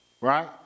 right